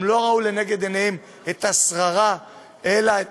הם לא ראו לנגד עיניהם את השררה אלא את